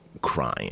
crying